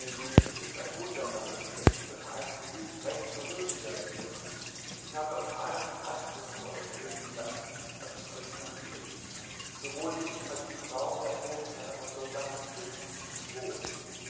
es ist ein wunderbares kind das einst gewiß recht berühmt werden muß ich habe auf allen kanzeln für euch beten lassen daß es euch gut gehe sowohl ich als die frauen der feldherren und soldaten befinden uns wohl